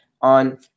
on